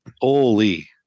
Holy